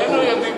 שנינו יודעים.